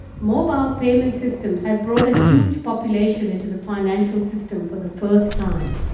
mobile payment systems have brought a huge population into the financial system for the first time,